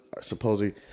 supposedly